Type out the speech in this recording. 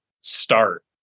start